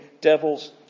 devil's